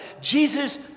Jesus